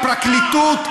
הפרקליטות,